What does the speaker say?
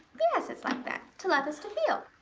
yes, it is like that. to love is to feel.